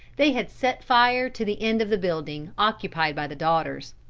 they had set fire to the end of the building occupied by the daughters.